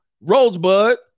Rosebud